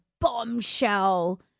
bombshell